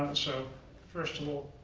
so first of all,